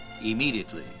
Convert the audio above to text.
immediately